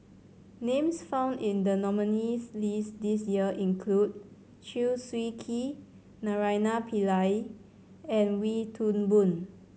names found in the nominees' list this year include Chew Swee Kee Naraina Pillai and Wee Toon Boon